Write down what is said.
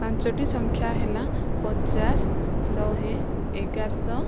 ପାଞ୍ଚଟି ସଂଖ୍ୟା ହେଲା ପଚାଶ ଶହେ ଏଗାରଶହ